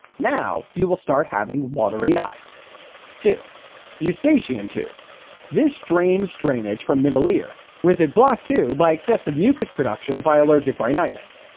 now you will start having watery eyes two eustachian tube this drains drainage from middle ear, with it blocked too by excessive mucus production by allergic rhinitis,